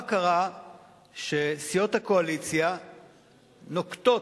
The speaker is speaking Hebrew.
מה קרה שסיעות הקואליציה נוקטות